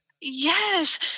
Yes